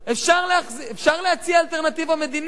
אפשר להציע אלטרנטיבה מדינית.